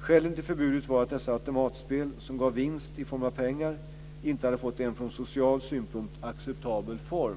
Skälen till förbudet var att dessa automatspel som gav vinst i form av pengar inte hade fått en från social synpunkt acceptabel form.